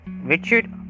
Richard